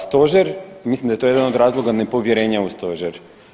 Stožer, mislim da je to jedan od razloga, nepovjerenje u stožer.